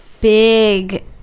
big